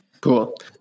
cool